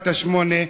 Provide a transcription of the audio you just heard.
בת שמונה,